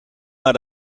naar